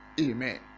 amen